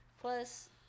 Plus